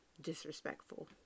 disrespectful